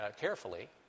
carefully